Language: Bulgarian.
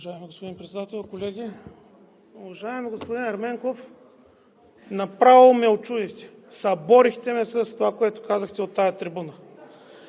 Уважаеми господин Председател, колеги! Уважаеми господин Ерменков, направо ме учудихте. Съборихте ме с това, което казахте от тази трибуна.